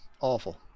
Awful